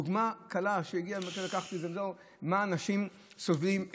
דוגמה קלה שהגיעה ולקחתי למה אנשים סובלים,